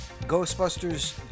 Ghostbusters